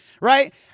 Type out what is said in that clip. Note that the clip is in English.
Right